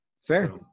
Fair